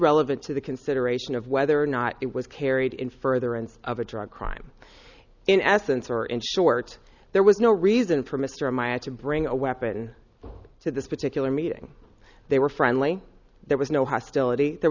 relevant to the consideration of whether or not it was carried in further and of a drug crime in essence or in short there was no reason for mr my answer bring a weapon to this particular meeting they were friendly there was no hostility there